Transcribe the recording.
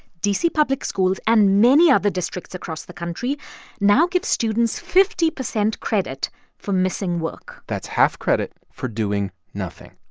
d c. public schools and many other districts across the country now give students fifty percent credit for missing work that's half credit for doing nothing.